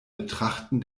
betrachten